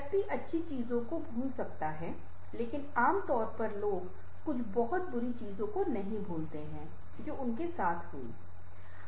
व्यक्ति अच्छी चीजों को भूल सकता है लेकिन आम तौर पर लोग कुछ बुरी चीजों को नहीं भूलते हैं जो उनके साथ हुआ था